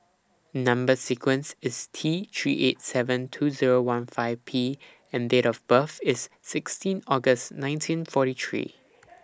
Number sequence IS T three eight seven two Zero one five P and Date of birth IS sixteen August nineteen forty three